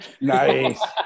nice